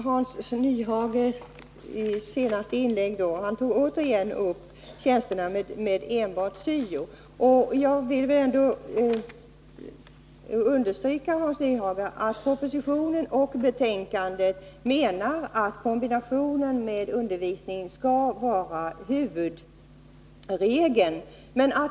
Herr talman! I sitt senaste inlägg tog Hans Nyhage åter upp frågan om tjänster som enbart syo-konsulent. Jag vill understryka att huvudregeln enligt propositionen och betänkandet är att syo-tjänster skall kombineras med undervisning.